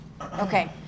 Okay